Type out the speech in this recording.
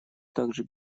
также